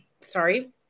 sorry